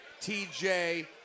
TJ